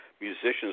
musicians